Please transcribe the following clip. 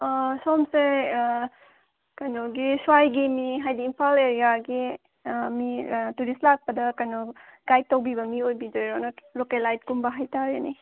ꯑꯥ ꯁꯣꯝꯁꯦ ꯀꯩꯅꯣꯒꯤ ꯁ꯭ꯋꯥꯏꯒꯤ ꯃꯤ ꯍꯥꯏꯗꯤ ꯏꯝꯐꯥꯜ ꯑꯦꯔꯤꯌꯥꯒꯤ ꯃꯤ ꯇꯨꯔꯤꯁ ꯂꯥꯛꯄꯗ ꯀꯩꯅꯣ ꯒꯥꯏꯗ ꯇꯧꯕꯤꯕ ꯃꯤ ꯑꯣꯏꯕꯤꯗꯣꯏꯔꯣ ꯅꯠꯇ꯭ꯔꯒ ꯂꯣꯀꯦꯜ ꯂꯥꯏꯠ ꯀꯨꯝꯕ ꯍꯥꯏꯇꯔꯦꯅꯦ